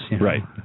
Right